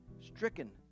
stricken